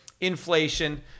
inflation